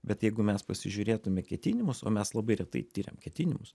bet jeigu mes pasižiūrėtume ketinimus o mes labai retai tiriam ketinimus